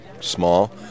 small